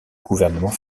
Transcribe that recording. gouvernement